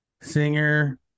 Singer